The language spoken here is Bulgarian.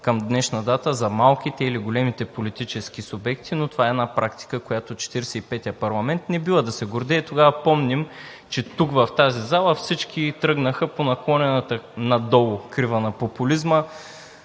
към днешна дата за малките или големите политически субекти, но това е една практика, с която 44-тия парламент не бива да се гордее. Тогава помним, че тук в тази зала всички тръгнаха по наклонената надолу крива на популизма